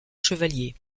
chevalier